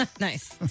Nice